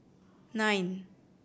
nine